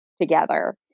together